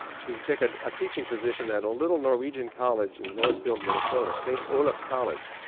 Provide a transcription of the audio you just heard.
to take and a teaching position at a little norwegian college in northfield, minnesota st olaf college.